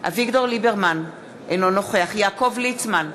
אביגדור ליברמן, אינו נוכח יעקב ליצמן,